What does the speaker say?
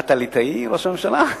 מה, אתה ליטאי ראש הממשלה?